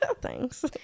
Thanks